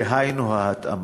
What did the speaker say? דהיינו, ההתאמה.